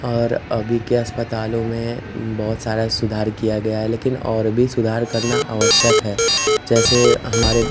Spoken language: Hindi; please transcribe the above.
और अभी के अस्पतालों में बहुत सारा सुधार किया गया है लेकिन और भी सुधार करना आवश्यक है जैसे हमारे